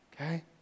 okay